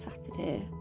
Saturday